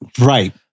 Right